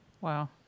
Wow